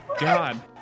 god